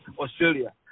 Australia